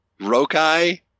Rokai